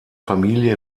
familie